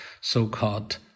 so-called